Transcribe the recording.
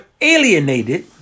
alienated